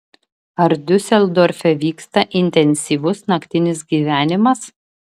ar diuseldorfe vyksta intensyvus naktinis gyvenimas